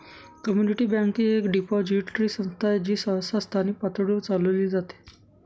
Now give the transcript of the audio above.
community bank ही एक depository संस्था आहे जी सहसा स्थानिक पातळीवर चालविली जाते